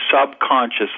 subconscious